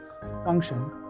function